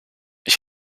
ich